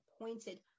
appointed